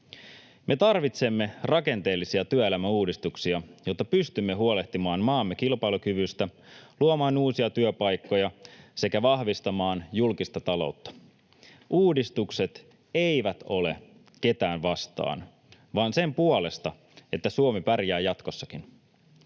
Me tarvitsemme rakenteellisia työelämäuudistuksia, jotta pystymme huolehtimaan maamme kilpailukyvystä, luomaan uusia työpaikkoja sekä vahvistamaan julkista taloutta. Uudistukset eivät ole ketään vastaan, vaan sen puolesta, että Suomi pärjää jatkossakin.